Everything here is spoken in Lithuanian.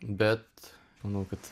bet manau kad